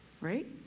right